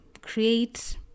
create